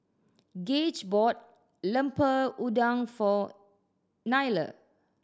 Gage bought Lemper Udang for Nyla